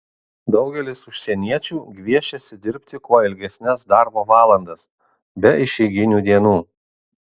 daugelis užsieniečių gviešiasi dirbti kuo ilgesnes darbo valandas be išeiginių dienų